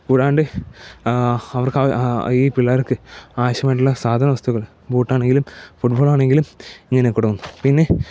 കൂടാണ്ട് അവർക്ക് ഈ പിള്ളേർക്ക് ആവശ്യമായിട്ടുള്ള സാധന വസ്തുക്കൾ ബൂട്ടാണെങ്കിലും ഫുടബോളാണെങ്കിലും ഇങ്ങനെ കൊടുക്കുന്നു പിന്നെ